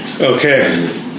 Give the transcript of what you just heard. Okay